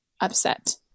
upset